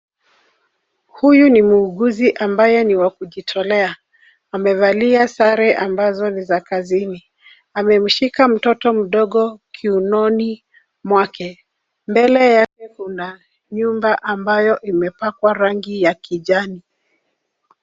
Huyu ni muuguzi ambaye ni wa kujitolea. Amevalia sare ambazo ni za kazini. Amemshika mtoto mdogo kiunoni mwake. Mbele yake kuna nyumba ambayo imepakwa rangi ya kijani.